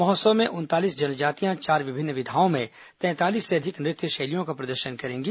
महोत्सव में उनतालीस जनजातियां चार विभिन्न विधाओं में तैंतालीस से अधिक नृत्य शैलियों का प्रदर्शन करेंगे